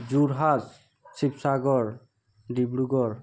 Jorhat Sivasagar Dibrugarh